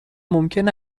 ممکن